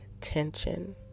tension